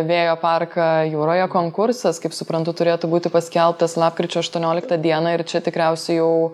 vėjo parką jūroje konkursas kaip suprantu turėtų būti paskelbtas lapkričio aštuonioliktą dieną ir čia tikriausiai jau